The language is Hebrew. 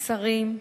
השרים,